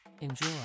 Enjoy